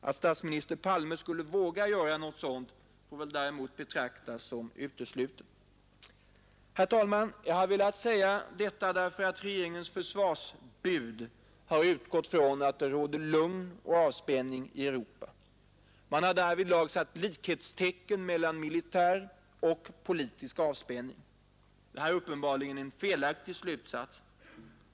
Att statsminister Palme skulle våga göra något sådant får väl däremot betraktas som uteslutet. Herr talman! Jag har velat säga detta därför att regeringens försvarsbud utgått från att det råder lugn och avspänning i Europa. Man har därvidlag satt likhetstecken mellan politisk och militär avspänning. Det är uppenbarligen en felaktig slutsats.